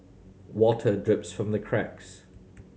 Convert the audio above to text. water drips from the cracks